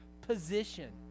position